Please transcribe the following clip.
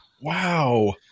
Wow